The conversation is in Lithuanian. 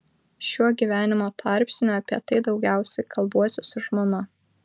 šiuo gyvenimo tarpsniu apie tai daugiausiai kalbuosi su žmona